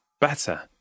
better